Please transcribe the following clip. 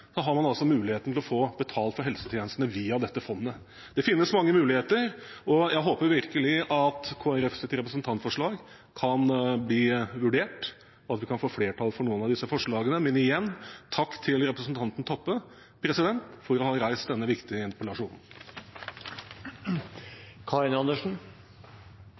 har man muligheten til å få betalt helsetjenestene via dette fondet. Det finnes mange muligheter, og jeg håper virkelig at Kristelig Folkepartis representantforslag kan bli vurdert, og at vi kan få flertall for noen av disse forslagene. Men igjen – takk til representanten Toppe for å ha reist denne viktige interpellasjonen.